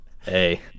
hey